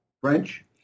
French